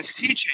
teaching